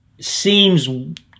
seems